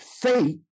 Faith